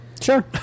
Sure